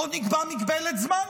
בוא נקבע מגבלת זמן: